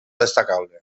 destacable